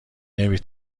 نمی